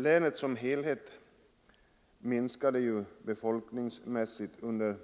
Länet som helhet minskade ju befolkningsmässigt under